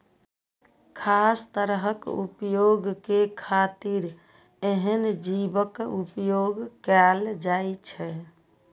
खास तरहक प्रयोग के खातिर एहन जीवक उपोयग कैल जाइ छै